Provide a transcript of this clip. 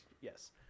Yes